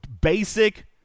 basic